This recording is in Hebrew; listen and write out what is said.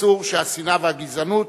אסור שהשנאה והגזענות,